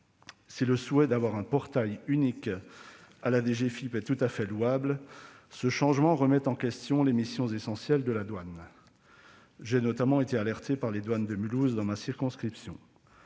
Si le souhait d'avoir un portail unique à la DGFiP est tout à fait louable, ce changement remet en question les missions essentielles de la douane. J'ai notamment été alerté, dans ma circonscription,